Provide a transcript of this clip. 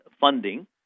funding